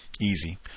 easy